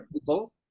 people